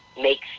makes